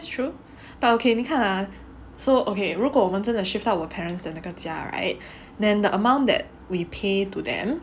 that's true but okay 你看 ah so okay 如果我们真的 shift 到我 parents 的那个家 right then the amount that we pay to them